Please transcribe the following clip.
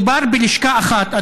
מדובר בלשכה אחת,